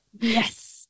yes